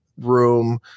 room